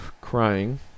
crying